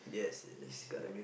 yes it is correct